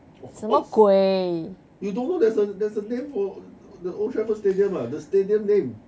of course you don't know there's a there's a name for the old trafford stadium ah the stadium name